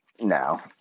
No